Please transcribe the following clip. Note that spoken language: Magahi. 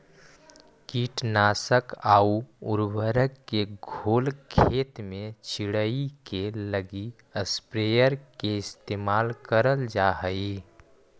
कीटनाशक आउ उर्वरक के घोल खेत में छिड़ऽके लगी स्प्रेयर के इस्तेमाल करल जा हई